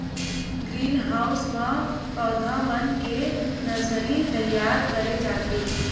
green house म पउधा मन के नरसरी तइयार करे जाथे